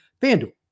FanDuel